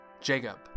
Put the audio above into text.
Jacob